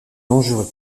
dangereux